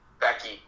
Becky